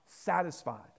satisfied